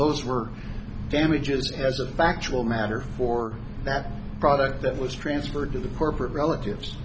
those were damages as a factual matter for that product that was transferred to the corporate relatives